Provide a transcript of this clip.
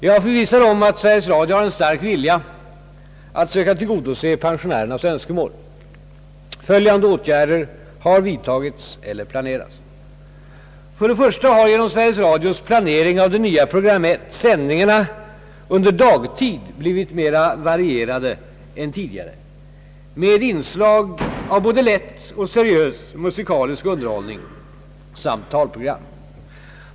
Jag är förvissad om att Sveriges Radio har en stark vilja att söka tillggodose pensionärernas önskemål. Följande åtgärder har vidtagits eller planeras. För det första har genom Sveriges Radios planering av det nya program 1 sändningarna under dagtid blivit mera varierade än tidigare med inslag av både lätt och seriös musikalisk underhållning samt talprogram.